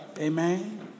Amen